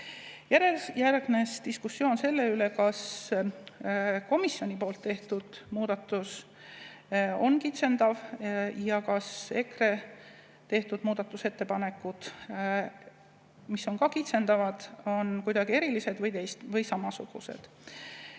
Järgnes diskussioon selle üle, kas komisjoni tehtud muudatus on kitsendav ja kas EKRE tehtud muudatusettepanekud, mis on ka kitsendavad, on kuidagi erilised või samasugused.